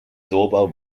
doorbell